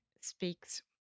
speaks